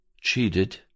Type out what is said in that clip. cheated